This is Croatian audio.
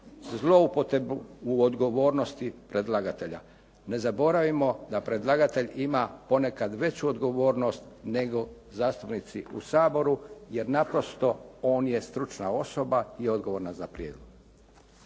zloupotrebu u odgovornosti predlagatelja. Ne zaboravimo da predlagatelj ima ponekad veću odgovornost nego zastupnici u Saboru, jer naprosto on je stručna osoba i odgovorna za prijedlog.